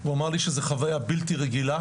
הוא אמר לי שזו חוויה בלתי רגילה.